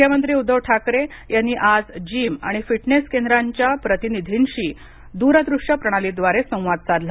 मुख्यमंत्री उद्दव ठाकरे यांनी आज जिम आणि फिटनेस केंद्रांच्या प्रतिनिधींशी दूरदृश्य प्रणालीद्वारे संवाद साधला